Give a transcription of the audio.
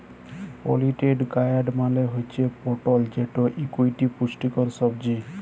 পলিটেড গয়ার্ড মালে হুচ্যে পটল যেটি ইকটি পুষ্টিকর সবজি